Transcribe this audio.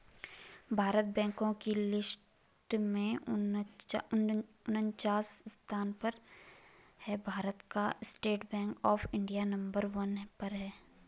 भारत बैंको की लिस्ट में उनन्चास स्थान पर है भारत का state bank of India number one पर है